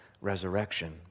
resurrection